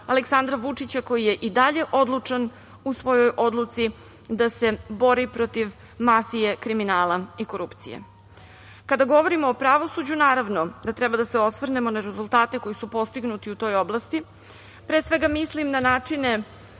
Aleksandra Vučića koji je i dalje odlučan u svojoj odluci da se bori protiv mafije, kriminala i korupcije. Kada govorimo o pravosuđu, naravno da treba da se osvrnemo na rezultate koji su postignuti u toj oblasti, pre svega mislima na načine